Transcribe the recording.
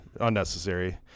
unnecessary